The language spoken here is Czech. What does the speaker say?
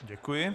Děkuji.